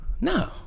No